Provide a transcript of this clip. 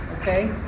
Okay